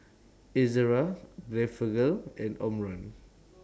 Ezerra Blephagel and Omron